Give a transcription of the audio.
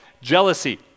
jealousy